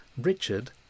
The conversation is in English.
Richard